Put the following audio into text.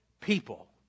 people